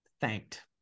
thanked